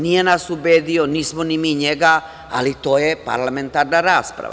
Nije nas ubedio, nismo ni mi njega, ali to je parlamentarna rasprava.